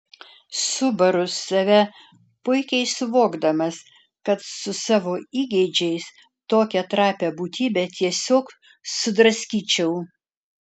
subaru save puikiai suvokdamas kad su savo įgeidžiais tokią trapią būtybę tiesiog sudraskyčiau